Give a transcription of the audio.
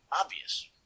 obvious